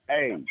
Hey